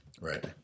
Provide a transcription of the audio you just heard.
Right